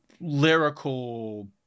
lyrical